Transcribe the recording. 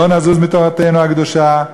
לא נזוז מתורתנו הקדושה.